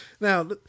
Now